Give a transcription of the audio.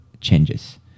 changes